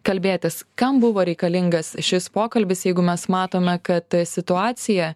kalbėtis kam buvo reikalingas šis pokalbis jeigu mes matome kad situacija